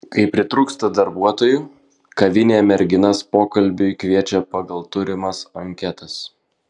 kai pritrūksta darbuotojų kavinė merginas pokalbiui kviečia pagal turimas anketas